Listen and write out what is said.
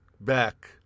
back